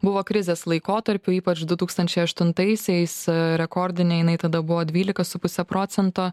buvo krizės laikotarpiu ypač du tūkstančiai aštuntaisiais rekordinė jinai tada buvo dvylika su puse procento